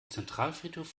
zentralfriedhof